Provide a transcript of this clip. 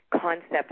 concept